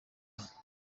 ivyaha